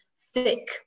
thick